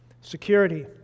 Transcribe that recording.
security